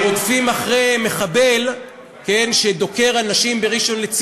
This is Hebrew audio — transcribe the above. עוד פעם משעמם לך?